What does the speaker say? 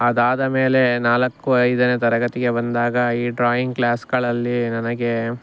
ಅದಾದಮೇಲೆ ನಾಲ್ಕು ಐದನೇ ತರಗತಿಗೆ ಬಂದಾಗ ಈ ಡ್ರಾಯಿಂಗ್ ಕ್ಲಾಸ್ಗಳಲ್ಲಿ ನನಗೆ